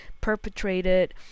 perpetrated